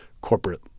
corporate